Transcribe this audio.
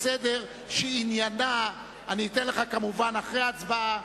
לסדר-היום שעניינה, אני אתן לך כמובן אחרי ההצבעה,